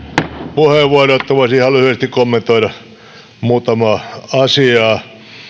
puheenvuoron että voisin ihan lyhyesti kommentoida muutamaa asiaa